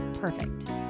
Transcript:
perfect